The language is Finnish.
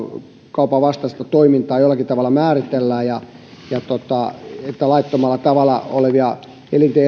elinkaupan vastaista toimintaa jollakin tavalla määritellään niin että laittomalla tavalla tehtyihin elinten